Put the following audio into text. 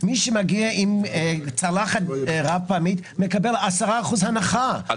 מי שמגיע למזנונים עם צלחת רב-פעמית מקבל 10% הנחה,